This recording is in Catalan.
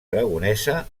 aragonesa